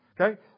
Okay